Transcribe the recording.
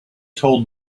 told